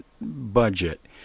budget